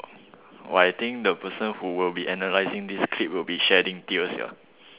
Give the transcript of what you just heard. !wah! I think who will be analyzing this clip will be shedding tears sia